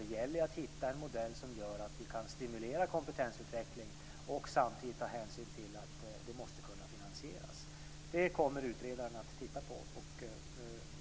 Det gäller att hitta en modell som gör att vi kan stimulera kompetensutveckling och samtidigt ta hänsyn till att den måste finansieras. Det kommer utredaren att titta på.